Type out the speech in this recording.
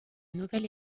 nouvelle